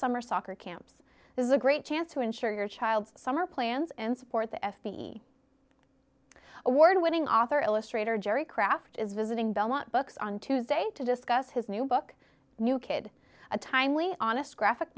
summer soccer camps is a great chance to ensure your child's summer plans and support the f b i award winning author illustrator gerry craft is visiting belmont books on tuesday to discuss his new book new kid a timely honest graphic